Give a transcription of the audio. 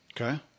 Okay